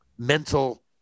mental